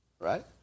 right